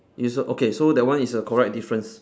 it's a okay so that one is a correct difference